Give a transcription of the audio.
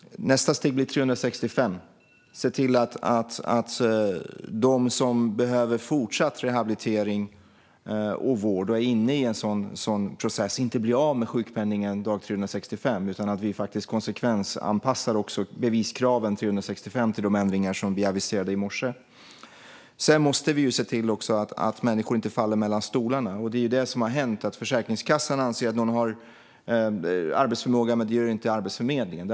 Nästa steg gäller dag 365. Det handlar om att de som behöver fortsatt rehabilitering och vård och är inne i en sådan process inte blir av med sjukpenningen dag 365 utan att vi också anpassar de beviskraven till de ändringar som vi aviserade i morse. Sedan måste vi se till att människor inte faller mellan stolarna. Det är ju detta som har hänt. Försäkringskassan anser att de har arbetsförmåga, men det gör inte Arbetsförmedlingen.